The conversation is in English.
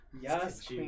yes